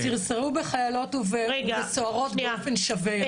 סרסרו בחיילות ובסוהרות באופן שווה.